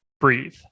breathe